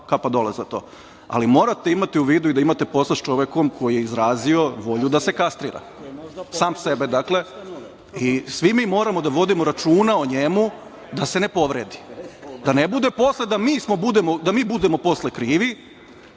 kapa dole za to, ali morate imati u vidu da imate posla s čovekom koji je izrazio volju da se kastrira, sam sebe. I svi mi moramo da vodimo računa o njemu da se ne povredi, da ne bude posle da mi budemo krivi